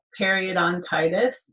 periodontitis